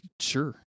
sure